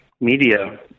media